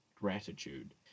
Gratitude